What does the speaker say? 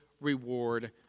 reward